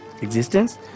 existence